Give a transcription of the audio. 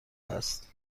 است